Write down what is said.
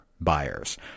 buyers